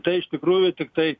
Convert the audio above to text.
tai iš tikrųjų tiktai